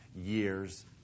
years